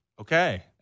Okay